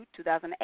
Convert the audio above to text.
2008